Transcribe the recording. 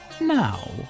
Now